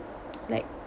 like